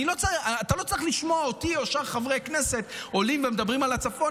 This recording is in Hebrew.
אתה לא צריך לשמוע אותי או את שאר חברי הכנסת עולים ומדברים על הצפון